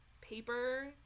paper